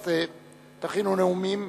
אז תכינו נאומים.